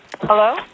Hello